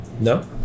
no